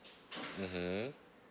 mmhmm